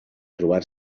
trobar